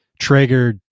Traeger